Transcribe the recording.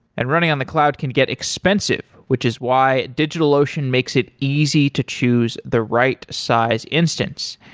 and running on the cloud can get expensive, which is why digitalocean makes it easy to choose the right size instance.